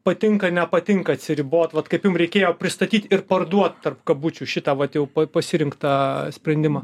patinka nepatinka atsiribot vat kaip jum reikėjo pristatyt ir parduot tarp kabučių šitą vat jau pa pasirinktą sprendimą